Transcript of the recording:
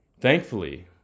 Thankfully